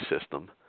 system